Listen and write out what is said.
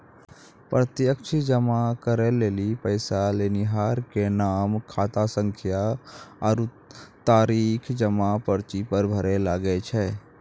प्रत्यक्ष जमा करै लेली पैसा लेनिहार के नाम, खातासंख्या आरु तारीख जमा पर्ची पर भरै लागै छै